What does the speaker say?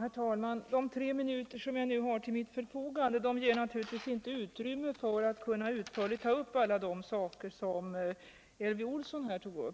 Herr talman! De tre minuter som jag nu har tull mit förfogande ger naturligtvis inte utrymme för att utförligt ta upp alla de frågor som Elvy Olsson har talat om.